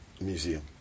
Museum